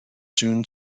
soon